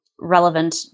relevant